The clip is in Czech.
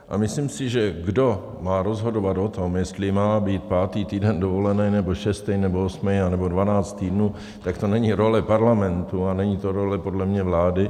A myslím si, že kdo má rozhodovat o tom, jestli má být pátý týden dovolené, nebo šestý, nebo osmý, nebo dvanáct týdnů, tak to není role parlamentu a není to role podle mě vlády.